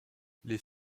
les